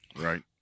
Right